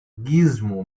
gizmo